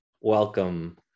welcome